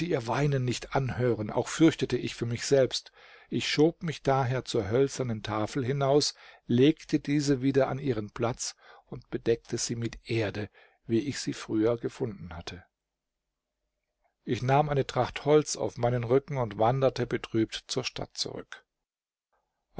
ihr weinen nicht anhören auch fürchtete ich für mich selbst ich schob mich daher zur hölzernen tafel hinaus legte diese wieder an ihren platz und bedeckte sie mit erde wie ich sie früher gefunden hatte ich nahm eine tracht holz auf meinen rücken und wanderte betrübt zur stadt zurück